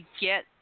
get